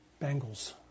Bengals